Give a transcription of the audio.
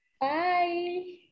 Bye